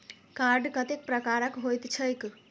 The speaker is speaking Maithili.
कार्ड कतेक प्रकारक होइत छैक?